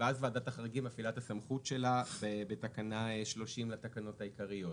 ואז ועדת החריגים מפעילה את הסמכות שלה בתקנה 30 לתקנות העיקריות.